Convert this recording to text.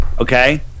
Okay